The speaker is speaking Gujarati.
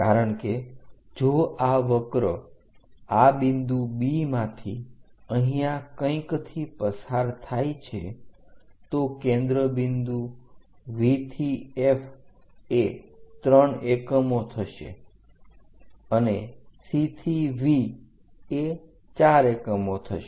કારણ કે જો આ વક્ર આ બિંદુ B માંથી અહીંયા કંઈકથી પસાર થાય છે તો કેન્દ્ર બિંદુ V થી F એ 3 એકમો થશે અને C થી V એ 4 એકમો થશે